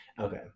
okay